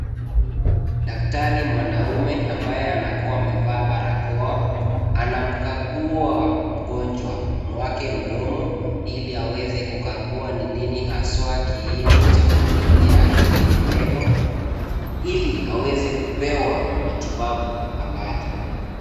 Daktari mwanaume ambaye anakuwa amevaa barakoa anamkagua mgonjwa mwake mdomo ili aweze kukagua ni nini haswa kiini cha maumivu yake kwenye meno ili aweze kupewa matibabu halali.